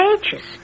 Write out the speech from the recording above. pages